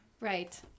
Right